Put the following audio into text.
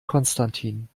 konstantin